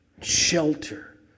shelter